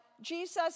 Jesus